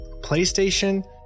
PlayStation